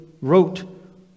wrote